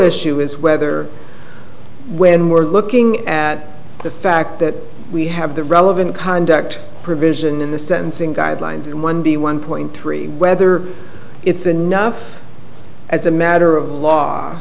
issue is whether when we're looking at the fact that we have the relevant conduct provision in the sentencing guidelines and one b one point three whether it's enough as a matter of law